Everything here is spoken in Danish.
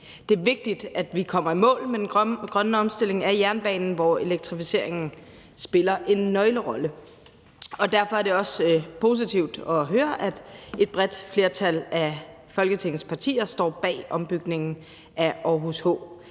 Det er vigtigt, at vi kommer i mål med den grønne omstilling af jernbanen, hvor elektrificeringen spiller en nøglerolle. Derfor er det også positivt at høre, at et bredt flertal af Folketingets partier står bag ombygningen af Aarhus H,